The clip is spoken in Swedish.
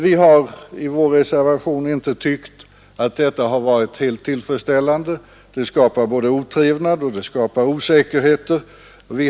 Vi har sagt i vår reservation att vi inte tycker att detta är helt tillfredsställande; det skapar både otrevnad och osäkerhet.